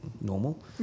normal